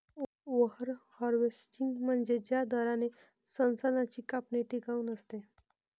over harvesting म्हणजे ज्या दराने संसाधनांची कापणी टिकाऊ नसते